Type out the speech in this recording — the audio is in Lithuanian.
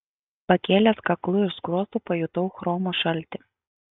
pakėlęs kaklu ir skruostu pajutau chromo šaltį